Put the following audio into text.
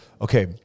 okay